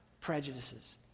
prejudices